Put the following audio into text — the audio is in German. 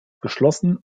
geschlossen